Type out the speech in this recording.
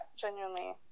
genuinely